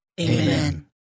Amen